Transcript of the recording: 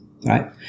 right